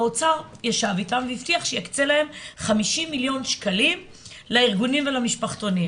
האוצר ישב איתם והבטיח שיקצה להן 50 מיליון שקלים לארגונים ולמשפחתונים,